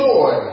Joy